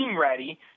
ready